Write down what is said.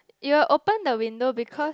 you open the window because